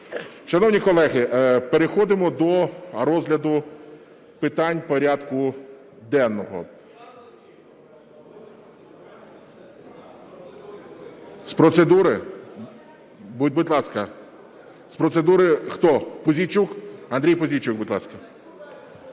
Шановні колеги, переходимо до розгляду питань порядку денного. З процедури? Будь ласка, з процедури хто, Пузійчук? Андрій Пузійчук, будь ласка.